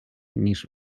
ніж